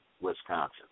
Wisconsin